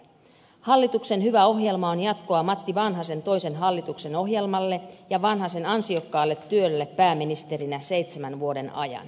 hallituksen hyvä ohjelma on jatkoa matti vanhasen toisen hallituksen ohjelmalle ja vanhasen ansiokkaalle työlle pääministerinä seitsemän vuoden ajan